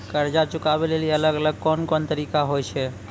कर्जा चुकाबै लेली अलग अलग कोन कोन तरिका होय छै?